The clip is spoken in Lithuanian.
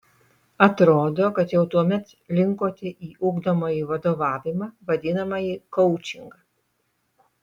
atrodo kad jau tuomet linkote į ugdomąjį vadovavimą vadinamąjį koučingą